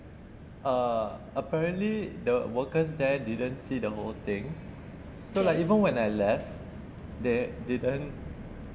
err apparently the workers there didn't see the whole thing so like even when I left they didn't